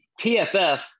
PFF